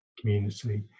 community